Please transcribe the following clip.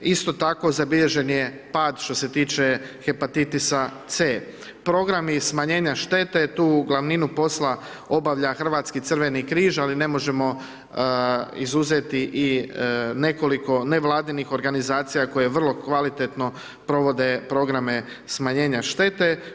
Isto tako zabilježen je pad što se tiče hepatitisa C. Programi i smanjenje štete, tu glavninu posla obavlja Hrvatski crveni križ, ali ne možemo izuzeti i nekoliko nevladinih organizacija, koje je vrlo kvalitetno, provode programe smanjenja štete.